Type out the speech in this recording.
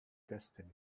destiny